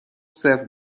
سرو